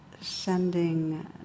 sending